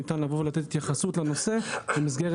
ניתן לבוא ולתת התייחסות לנושא במסגרת